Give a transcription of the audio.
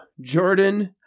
Jordan